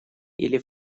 или